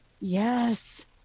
yes